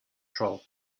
troll